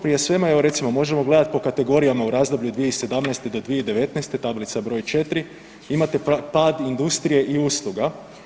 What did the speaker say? Prije svega evo recimo možemo gledati po kategorijama u razdoblju 2017. do 2019. tablica broj 4. imate pad industrije i usluga.